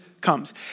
comes